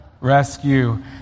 rescue